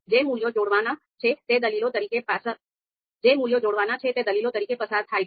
જે મૂલ્યો જોડવાના છે તે દલીલો તરીકે પસાર થાય છે